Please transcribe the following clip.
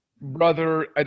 brother